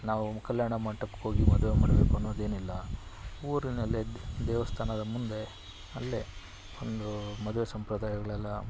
ನಾವು ಕಲ್ಯಾಣ ಮಂಟಪಕ್ಕೋಗಿ ಮದುವೆ ಮಾಡಬೇಕನ್ನೋದೇನಿಲ್ಲ ಊರಿನಲ್ಲೇ ದೇವಸ್ಥಾನದ ಮುಂದೆ ಅಲ್ಲೇ ಒಂದು ಮದುವೆ ಸಂಪ್ರದಾಯಗಳೆಲ್ಲ